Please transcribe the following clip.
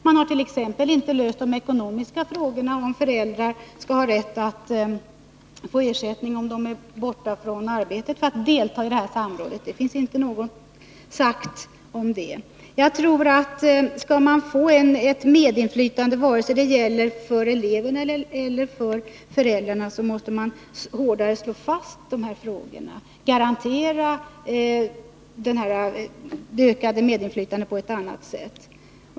Man hart.ex. inte löst de ekonomiska frågorna — om föräldrar skall ha rätt att få ersättning ifall de är borta från arbetet för att delta i samrådet. Det har inte sagts något om det. Jag tror att om man skall få ett medinflytande, vare sig det gäller för eleverna eller för föräldrarna, måste man hårdare slå fast detta och garantera det ökade medinflytandet på ett annat sätt.